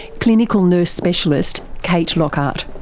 clinical nurse specialist kate lockhart.